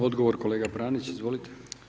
Odgovor kolega Pranić, izvolite.